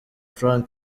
frank